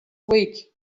week